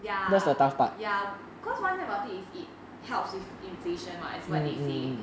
ya ya cause one thing about it it helps with inflation [what] is what they say